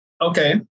Okay